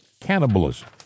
Cannibalism